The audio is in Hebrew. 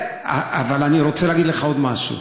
אבל אני רוצה להגיד לך עוד משהו,